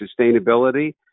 sustainability